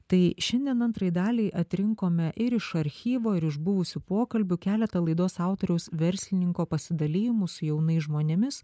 tai šiandien antrai daliai atrinkome ir iš archyvo ir iš buvusių pokalbių keletą laidos autoriaus verslininko pasidalijimų su jaunais žmonėmis